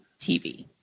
TV